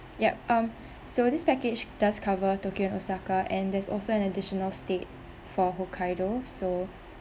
yup um so this package does cover tokyo and osaka and there's also an additional state for hokkaido so